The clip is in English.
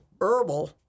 herbal